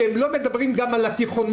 שהם לא מדברים גם על התיכונים.